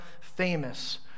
famous